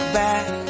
back